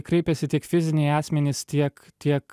kreipiasi tiek fiziniai asmenys tiek tiek